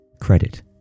credit